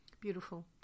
Beautiful